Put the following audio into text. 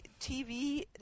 TV